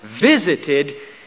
visited